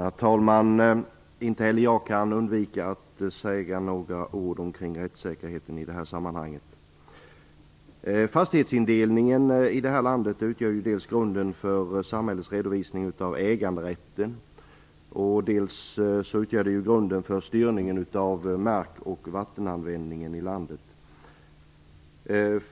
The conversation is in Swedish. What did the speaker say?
Herr talman! Inte heller jag kan låta bli att säga några ord om rättssäkerheten i detta sammanhang. Fastighetsindelningen i det här landet utgör dels grunden för samhällsredovisningen av äganderätten, dels grunden för styrningen av mark och vattenanvändningen i landet.